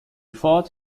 thought